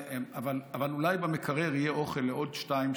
אבל אולי במקרר יהיה אוכל לעוד שתיים,